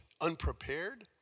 unprepared